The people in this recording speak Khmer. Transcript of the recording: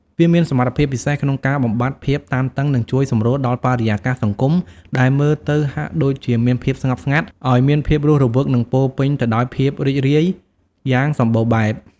វាមានសមត្ថភាពពិសេសក្នុងការបំបាត់ភាពតានតឹងនិងជួយសម្រួលដល់បរិយាកាសសង្គមដែលមើលទៅហាក់ដូចជាមានភាពស្ងប់ស្ងាត់ ឲ្យមានភាពរស់រវើកនិងពោរពេញទៅដោយភាពរីករាយយ៉ាងសម្បូរបែប។